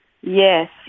Yes